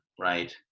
right